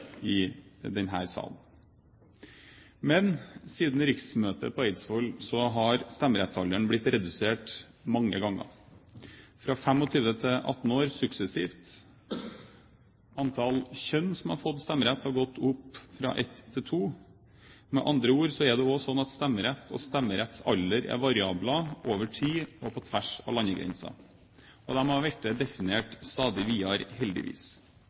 Siden riksmøtet på Eidsvoll har stemmerettsalderen blitt satt ned mange ganger, fra 25 til 18 år, suksessivt. Antall kjønn som har fått stemmerett, har gått opp, fra ett til to. Med andre ord er det også sånn at stemmerett og stemmerettsalder er variabler over tid og på tvers av landegrenser, og de har blitt definert stadig videre, heldigvis.